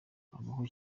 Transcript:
abaho